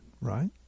right